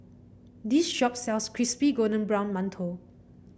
this shop sells Crispy Golden Brown Mantou